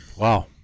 Wow